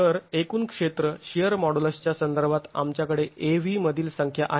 तर एकूण क्षेत्र शिअर मॉडुलसच्या संदर्भात आमच्याकडे Av मधील संख्या आहे